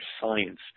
science